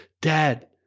Dad